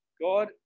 God